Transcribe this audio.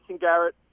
Garrett